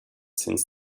since